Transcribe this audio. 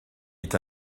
est